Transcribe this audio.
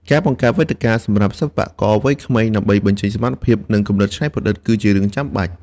ការបង្កើតវេទិកាសម្រាប់សិល្បករវ័យក្មេងដើម្បីបញ្ចេញសមត្ថភាពនិងគំនិតច្នៃប្រឌិតគឺជារឿងចាំបាច់។